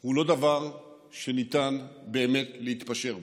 הוא לא דבר שניתן באמת להתפשר בו.